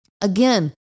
Again